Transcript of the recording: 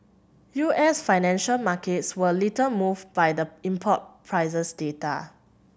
U S financial markets were little moved by the import prices data